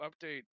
update